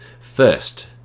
First